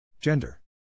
Gender